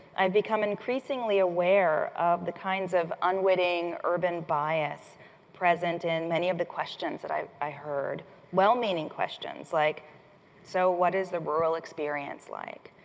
i've become increasingly aware of the kinds of unwitting urban bias present in many of the questions that i heard well-meaning questions, like so what is the rural experience like?